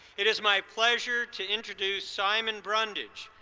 it is my pleasure to introduce simon brundage,